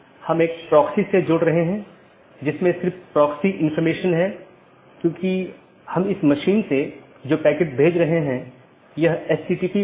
इसका मतलब है कि सभी BGP सक्षम डिवाइस जिन्हें BGP राउटर या BGP डिवाइस भी कहा जाता है एक मानक का पालन करते हैं जो पैकेट को रूट करने की अनुमति देता है